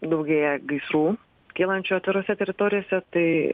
daugėja gaisrų kylančių atvirose teritorijose tai